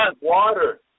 water